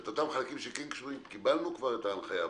את אותם חלקים שכן קשורים, קיבלנו כבר את ההנחיה.